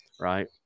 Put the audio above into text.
right